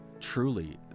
truly